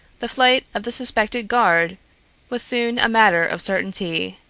the flight of the suspected guard was soon a matter of certainty.